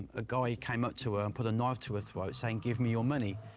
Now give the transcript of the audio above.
a guy came up to her and put a knife to her throat, saying, give me your money.